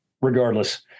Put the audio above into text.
Regardless